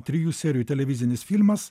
trijų serijų televizinis filmas